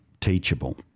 teachable